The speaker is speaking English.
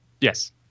Yes